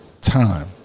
time